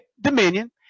dominion